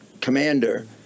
commander